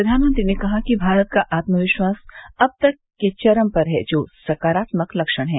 प्रधानमंत्री ने कहा कि भारत का आत्मविश्वास अब तक के चरम पर है जो सकारात्मक लक्षण है